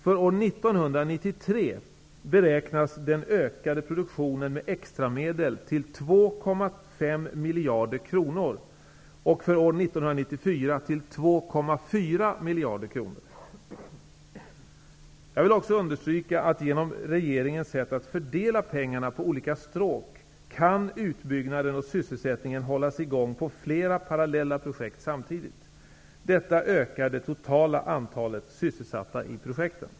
För år 1993 Jag vill också understryka att genom regeringens sätt att fördela pengarna på olika stråk kan utbyggnaden och sysselsättningen hållas igång beträffande flera parallella projekt samtidigt detta ökar det totala antalet sysselsatta i projekten.